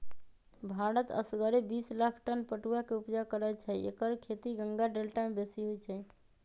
भारत असगरे बिस लाख टन पटुआ के ऊपजा करै छै एकर खेती गंगा डेल्टा में बेशी होइ छइ